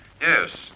Yes